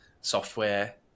software